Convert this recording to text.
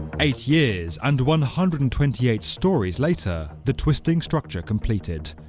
eight years and one hundred and twenty eight storeys later, the twisting structure completed,